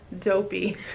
Dopey